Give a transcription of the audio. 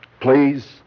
please